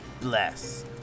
bless